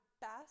best